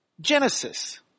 Genesis